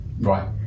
right